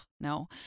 no